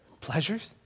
pleasures